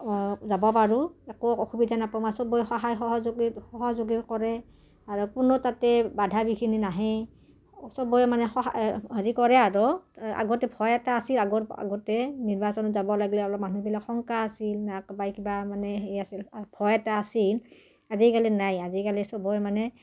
যাব পাৰোঁ একো অসুবিধা নাপাম চবে সহায় সহযোগী সহযোগী কৰে আৰু কোনো তাতে বাধা বিঘিনি নাহে চবে মানে সহায় হেৰি কৰে আৰু আগতে ভয় এটা আছিল আগৰ আগতে নিৰ্বাচনত যাব লাগিলে অলপ মানুহবিলাক শংকা আছিল ন কবাই কিবা মানে হেৰি আছিল ভয় এটা আছিল আজিকালি নাই আজিকালি চবে মানে